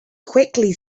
quickly